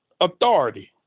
authority